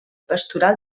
pastoral